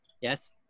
yes